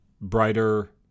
brighter